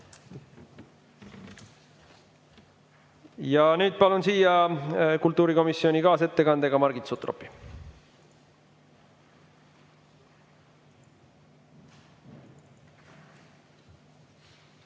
Nüüd palun siia kultuurikomisjoni kaasettekandega Margit Sutropi.